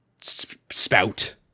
spout